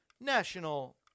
National